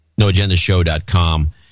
NoAgendaShow.com